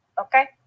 Okay